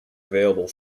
available